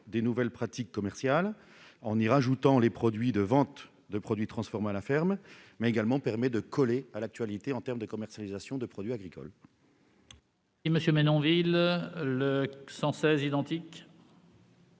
des nouvelles pratiques commerciales, en y ajoutant les ventes de produits transformés à la ferme, et permet de « coller » à l'actualité en termes de commercialisation de produits agricoles.